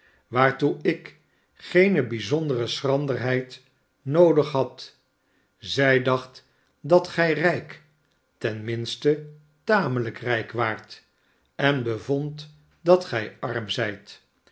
waartoe ik geene bijzondere schranderheid noodig had zij dacht dat gij rijk ten minste tamelijk rijk waart en bevond dat gij arm zijt